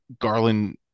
Garland